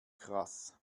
krass